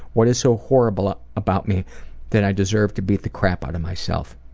what is so horrible ah about me that i deserve to beat the crap out of myself?